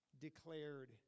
declared